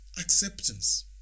acceptance